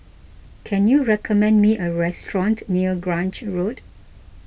can you recommend me a restaurant near Grange Road